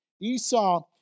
Esau